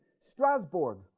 Strasbourg